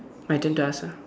my turn to ask ah